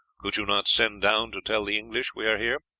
could you not send down to tell the english we are here?